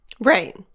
right